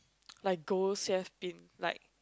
like ghost they have been like